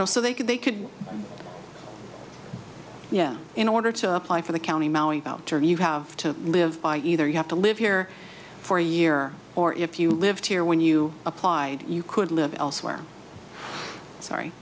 know so they could they could yeah in order to apply for the county you have to live by either you have to live here for a year or if you lived here when you applied you could live elsewhere sorry